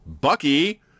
Bucky